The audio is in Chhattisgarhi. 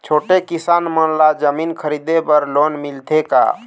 छोटे किसान मन ला जमीन खरीदे बर लोन मिलथे का?